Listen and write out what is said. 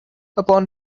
upon